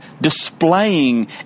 displaying